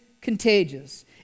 contagious